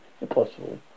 impossible